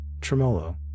Tremolo